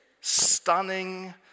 Stunning